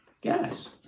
gas